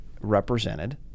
represented